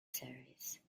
service